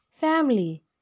family